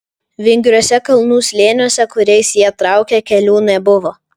vingriuose kalnų slėniuose kuriais jie traukė kelių nebuvo